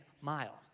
mile